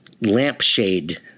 lampshade